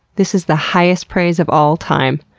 this is the highest praise of all time.